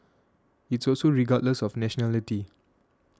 it's also regardless of nationality